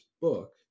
book